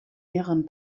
mehreren